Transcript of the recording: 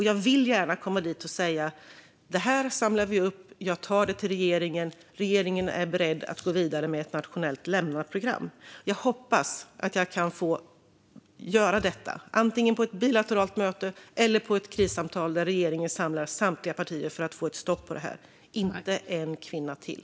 Jag vill gärna kunna komma dit och säga: Det här samlar vi upp. Jag tar det till regeringen, och regeringen är beredd att gå vidare med ett nationellt lämnaprogram. Jag hoppas att jag kan få göra detta, antingen på ett bilateralt möte eller i ett krissamtal där regeringen samlar samtliga partier för att få ett stopp på detta. Inte en kvinna till!